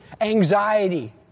anxiety